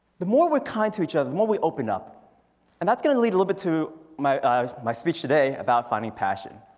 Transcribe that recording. the more we're kind to each other the more we open up and that's gonna lead a little to, my ah my speech today about finding passion.